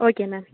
okay ma'am